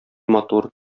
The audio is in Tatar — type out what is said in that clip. матур